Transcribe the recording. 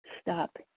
stop